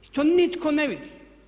To nitko ne vidi.